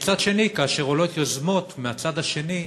מצד שני, כשעולות יוזמות מהצד השני,